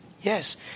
Yes